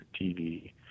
TV